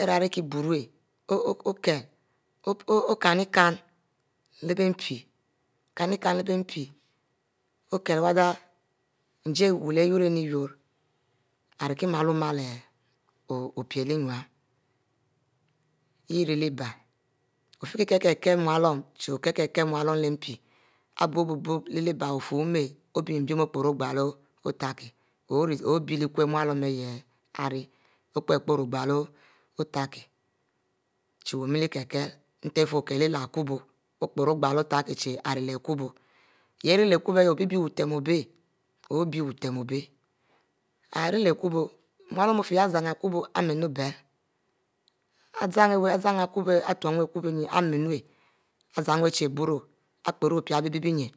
ari kri kie buro okiele okinn-kinn leh mpi okile wethir njile wu iyorien yuro ari kie mielie opie lo innu yah leh biele ofie kie-kiele mualuom leh mpi ari bie au bic lelebile wufurro wuma obinn. okoro slelo otur kic obie leh kuom mualuom ari ire opiere oglo otukic obileh kum ari mualuom ari ric chic ome kie-kieh leh akubo tebkic chic ari ric ne leh akubo yah ari irie leh akubo obibie butiem obic, obic butiem obic ari ire leh ariku bo mualuan ofie yah akubo amimor biel azan wu zan akubo iturle mieule azan wu ari chic iboro ari o pic bie bic nyin.